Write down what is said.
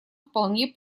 вполне